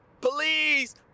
Please